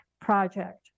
project